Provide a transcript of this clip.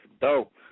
dope